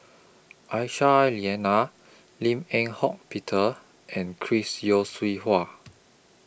Aisyah Lyana Lim Eng Hock Peter and Chris Yeo Siew Hua